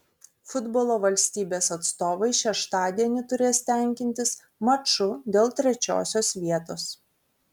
futbolo valstybės atstovai šeštadienį turės tenkintis maču dėl trečiosios vietos